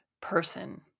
person